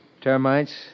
Termites